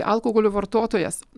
alkoholio vartotojas